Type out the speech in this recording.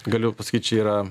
galiu pasakyt čia yra